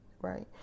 right